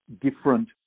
different